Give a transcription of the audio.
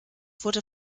wurde